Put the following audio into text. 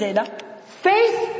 Faith